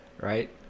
right